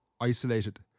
isolated